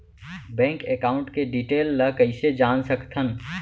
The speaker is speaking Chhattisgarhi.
बैंक एकाउंट के डिटेल ल कइसे जान सकथन?